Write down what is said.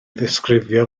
ddisgrifio